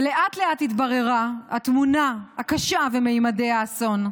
ולאט-לאט התבררה התמונה הקשה וממדי האסון.